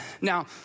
Now